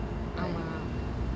ஆமா:ama